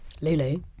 Lulu